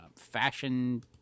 fashion